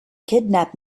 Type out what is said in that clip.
kidnap